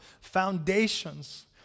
foundations